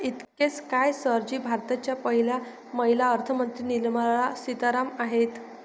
इतकेच काय, सर जी भारताच्या पहिल्या महिला अर्थमंत्री निर्मला सीतारामन आहेत